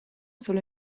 solo